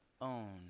own